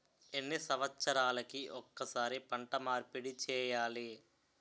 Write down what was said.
ఎన్ని సంవత్సరాలకి ఒక్కసారి పంట మార్పిడి చేయాలి?